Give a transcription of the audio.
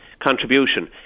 contribution